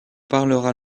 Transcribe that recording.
parlera